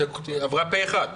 שעברה פה אחד.